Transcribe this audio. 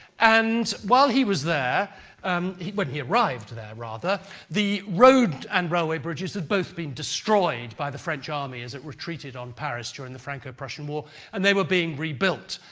and while he was there um when but he arrived there rather the road and railway bridges had both been destroyed by the french army as it retreated on paris during the franco-prussian war and they were being rebuilt.